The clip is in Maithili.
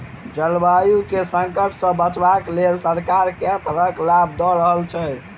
जलवायु केँ संकट सऽ बचाबै केँ लेल सरकार केँ तरहक लाभ दऽ रहल छै?